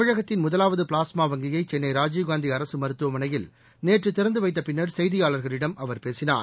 தமிழகத்தின் முதலாவது பிளாஸ்மா வங்கியை சென்னை ராஜீவ்காந்தி அரசு மருத்துவமனையில் நேற்று திறந்து வைத்த பின்னர் செய்தியாளர்களிடம் அவர் பேசினார்